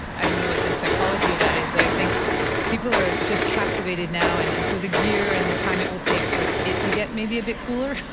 i don't know what the psychology of that is but i think people are just captivated now, and and so the gear and the time it will take for it it to get maybe a bit cooler,